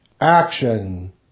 Action